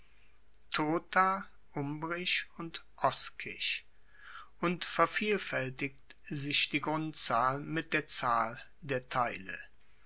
tota umbrisch und oskisch und vervielfaeltigt sich die grundzahl mit der zahl der teile